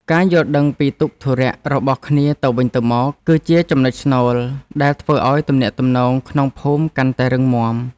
ការយល់ដឹងពីទុក្ខធុរៈរបស់គ្នាទៅវិញទៅមក គឺជាចំណុចស្នូលដែលធ្វើឱ្យទំនាក់ទំនងក្នុងភូមិកាន់តែរឹងមាំ។